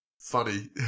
funny